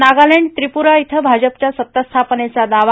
नागालँड त्रिपुरा इथं भाजपच्या सत्ता स्थापनेचा दावा